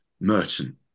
Merton